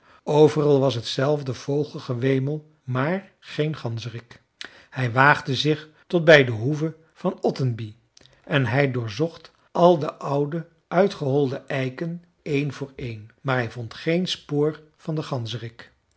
overal was hetzelfde vogelgewemel maar geen ganzerik hij waagde zich tot bij de hoeve van ottenby en hij doorzocht al de oude uitgeholde eiken een voor een maar hij vond geen spoor van den